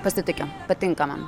pasitikiu patinka man